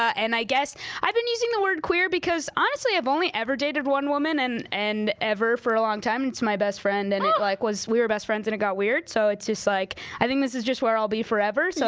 and i guess i've been using the word queer because, honestly, i've only ever dated one woman and and ever for a long time. it's my best friend, and like we were best friends and it got weird. so, it's just like. i think this is just where i'll be forever. so